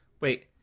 Wait